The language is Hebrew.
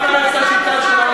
שיטה של,